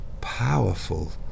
powerful